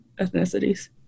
ethnicities